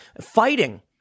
fighting